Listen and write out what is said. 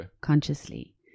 consciously